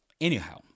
Anyhow